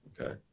Okay